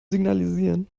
signalisieren